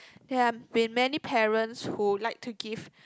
there have been many parents who like to give